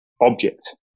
object